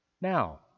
Now